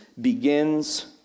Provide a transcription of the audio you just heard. begins